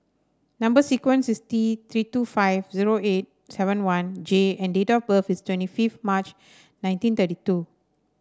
number sequence is T Three two five zero eight seven one J and date of birth is twenty fifith March nineteen thirty two